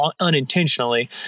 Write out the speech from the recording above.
unintentionally